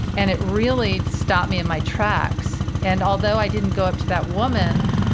and it really stopped me in my tracks. and although i didn't go up to that woman.